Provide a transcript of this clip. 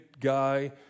guy